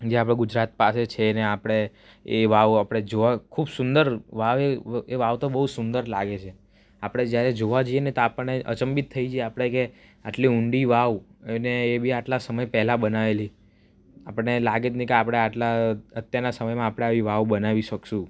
જે આપણા ગુજરાત પાસે છે અને આપણે એવા આપણે જોવા ખૂબ સુંદર એ વાવ તો બહુ સુંદર લાગે છે આપણે જ્યારે જોવા જઈએ ને ત્યારે આપણને અચંબિત થઈ જઈએ કે આટલી ઊંડી વાવ અને એ બી આટલા સમય પહેલાં બનાવેલી આપણને લાગે જ નહીં કે આપણે આટલા અત્યારના સમયમાં આપણે આવી વાવ બનાવી શકશું